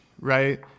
right